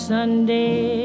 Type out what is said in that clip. Sunday